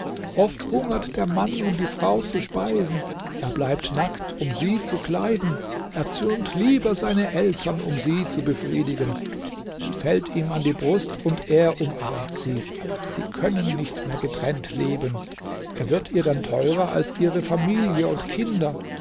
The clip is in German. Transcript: oft hungert der mann um die frau zu speisen er bleibt nackt um sie zu kleiden erzürnt lieber seine eltern um sie zu befriedigen sie fällt ihm an die brust und er umarmt sie sie können nicht mehr getrennt leben er wird ihr dann teurer als ihre familie und kinder